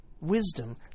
Wisdom